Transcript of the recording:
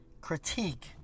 critique